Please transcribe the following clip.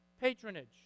patronage